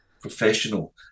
professional